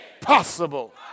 Possible